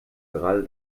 gerade